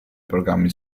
programmi